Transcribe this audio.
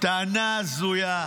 טענה הזויה,